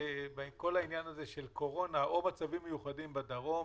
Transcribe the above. בעניין של קורונה או מצבים מיוחדים בדרום,